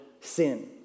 sin